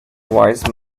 wise